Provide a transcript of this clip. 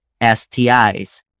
STIs